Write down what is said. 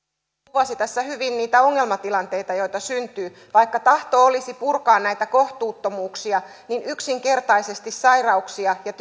kuvasi tässä hyvin niitä ongelmatilanteita joita syntyy vaikka tahto olisi purkaa näitä kohtuuttomuuksia niin yksinkertaisesti sairauksia ja